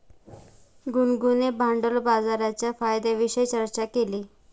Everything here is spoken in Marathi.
गुनगुनने भांडवल बाजाराच्या फायद्यांविषयी चर्चा केली